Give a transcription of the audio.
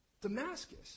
Damascus